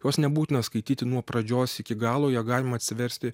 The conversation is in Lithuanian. jos nebūtina skaityti nuo pradžios iki galo ją galima atsiversti